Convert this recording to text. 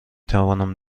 توانم